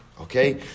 Okay